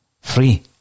free